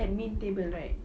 admin table right